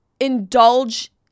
indulge